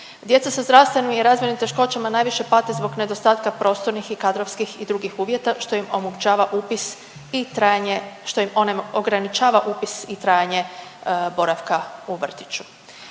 Djeca sa zdravstvenim i razvojnim teškoćama najviše pate zbog nedostatka prostornih i kadrovskih i drugih uvjeta što im omogućava upis i trajanje što im ograničava upis i trajanje boravka u vrtiću.